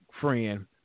friend